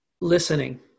listening